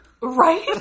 Right